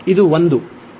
ಇದು 1